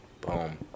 Boom